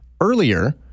earlier